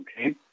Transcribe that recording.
okay